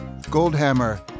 Goldhammer